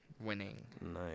winning